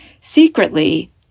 Secretly